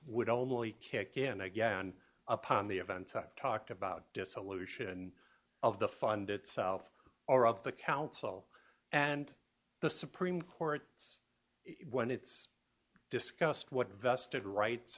would only kick in again upon the events i've talked about dissolution of the fund itself or of the council and the supreme court it's when it's discussed what vested rights